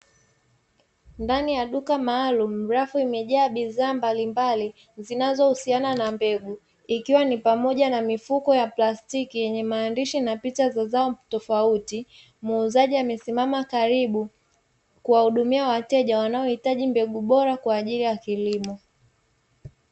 Ndani ya duka maalumu rafu imejaa bidhaa mbalimbali zinazohusiana na mbegu, ikiwa ni pamoja na mifuko ya plastiki yenye maandishi na picha za zao tofauti. Muuzaji amesimama karibu kuwahudumia wateja wanaohitaji mbegu bora kwa ajili ya kilimo.